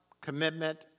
commitment